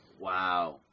Wow